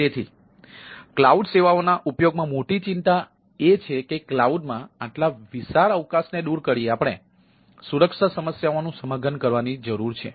તેથી ક્લાઉડ સેવાઓના ઉપયોગમાં મોટી ચિંતા એ છે કે કલાઉડમાં આટલા વિશાળ અવકાશને દૂર કરી આપણે સુરક્ષા સમસ્યાઓનું સમાધાન કરવાની જરૂર છે